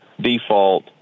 default